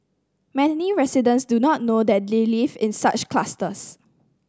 many residents do not know that they live in such clusters